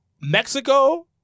Mexico